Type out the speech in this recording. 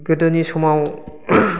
गोदोनि समाव